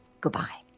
Goodbye